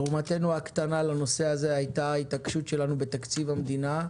תרומתנו הקטנה לנושא הזה הייתה ההתעקשות שלנו בתקציב המדינה,